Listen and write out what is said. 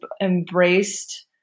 embraced